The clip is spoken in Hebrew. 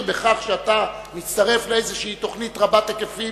בכך שאתה מצטרף לאיזו תוכנית רבת היקפים.